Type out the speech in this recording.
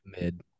Mid